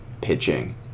pitching